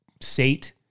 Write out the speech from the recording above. sate